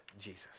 Jesus